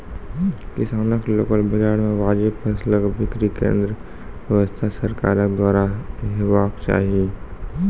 किसानक लोकल बाजार मे वाजिब फसलक बिक्री केन्द्रक व्यवस्था सरकारक द्वारा हेवाक चाही?